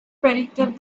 predicted